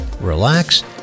relax